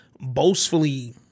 boastfully